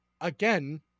again